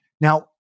Now